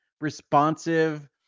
responsive